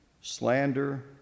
Slander